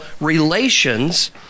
relations